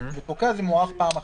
זה פוקע, זה מוארך פעם אחת.